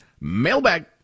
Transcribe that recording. Mailbag